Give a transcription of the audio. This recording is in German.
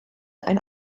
ein